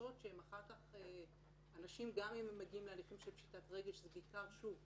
מענים קיימים שרק בעזרת השם ילכו ויתרחבו,